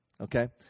okay